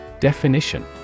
Definition